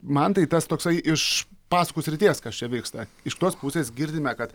man tai tas toksai iš pasakų srities kas čia vyksta iš kitos pusės girdime kad